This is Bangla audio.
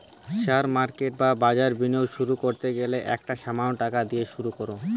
শেয়ার মার্কেট বা বাজারে বিনিয়োগ শুরু করতে গেলে একটা সামান্য টাকা দিয়ে শুরু করো